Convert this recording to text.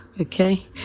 Okay